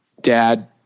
dad